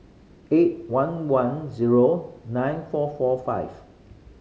eight one one zero nine four four five